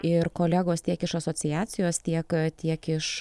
ir kolegos tiek iš asociacijos tiek tiek iš